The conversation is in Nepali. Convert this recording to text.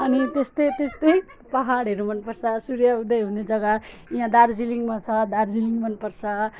अनि त्यस्तै त्यस्तै पाहाडहरू मनपर्छ सूर्य उदय हुने जग्गा यहाँ दार्जिलिङमा छ दार्जिलिङ मनपर्छ